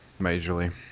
majorly